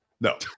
No